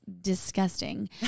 disgusting